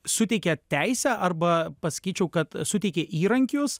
suteikia teisę arba pasakyčiau kad suteikė įrankius